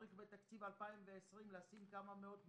צריך בתקציב 2020 לשים כמה מאות מיליונים,